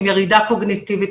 עם ירידה קוגניטיבית,